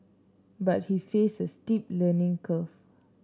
but he faced a steep learning curve